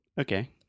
Okay